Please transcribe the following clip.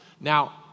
Now